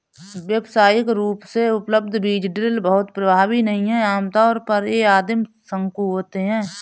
व्यावसायिक रूप से उपलब्ध बीज ड्रिल बहुत प्रभावी नहीं हैं आमतौर पर ये आदिम शंकु होते हैं